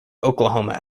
oklahoma